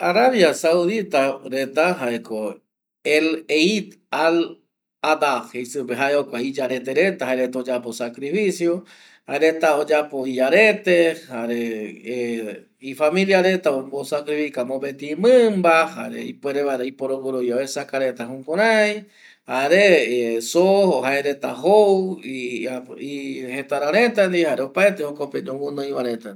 Arabia saudi pe jaereta iyarete pe oyapo reta sacrificio jaereta oyapo y arete jare ˂hesitation˃ y familia reta omo sacrifica mopeti mimba jare ipuere vaera ipororgurovia omboesaca reta jukurai jare zo jaereta jou jetararetandie jare opaete jokope ñogunoiretava